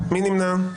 מי נמנע?